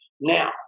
Now